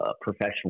professional